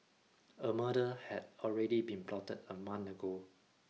a murder had already been plotted a month ago